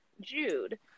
Jude